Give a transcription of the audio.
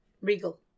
Regal